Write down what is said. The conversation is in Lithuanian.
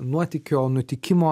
nuotykio nutikimo